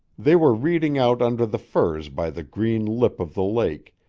they were reading out under the firs by the green lip of the lake,